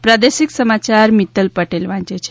પ્રાદેશિક સમાયાર મિત્તલ પટેલ વાંચે છે